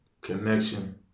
connection